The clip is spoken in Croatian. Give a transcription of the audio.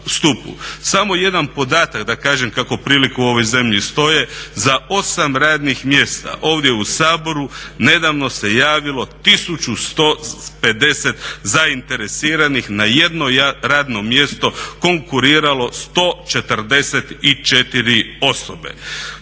Samo jedan podatak da kažem kako prilike u ovoj zemlji stoje za 8 radnih mjesta ovdje u Saboru nedavno se javilo 1150 zainteresiranih na jedno radno mjesto konkuriralo 144 osobe.